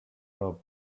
robe